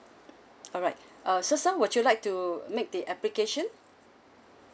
alright uh sir so would you like to make the application